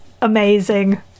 amazing